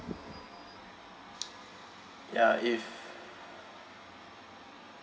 ya if